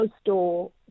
store